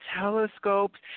telescopes